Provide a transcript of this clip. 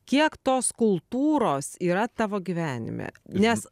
kiek tos kultūros yra tavo gyvenime nes